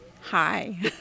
Hi